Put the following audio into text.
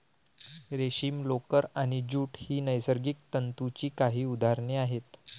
रेशीम, लोकर आणि ज्यूट ही नैसर्गिक तंतूंची काही उदाहरणे आहेत